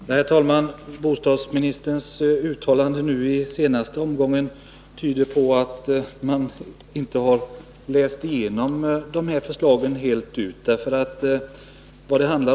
Herr talman! Bostadsministerns uttalande i det senaste inlägget tyder på att hon inte läst igenom de här förslagen helt och fullt.